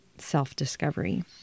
self-discovery